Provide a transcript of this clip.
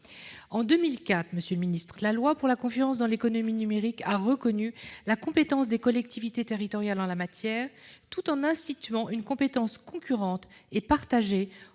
En 2004, la loi pour la confiance dans l'économie numérique a reconnu la compétence des collectivités territoriales en la matière, tout en instituant une compétence concurrente et partagée